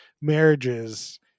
marriages